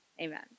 Amen